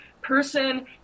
person